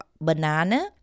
banana